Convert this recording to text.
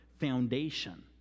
foundation